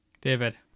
David